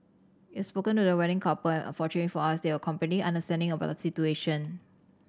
we spoken to the wedding couple and fortunately for us they were completely understanding about the situation